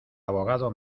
abogado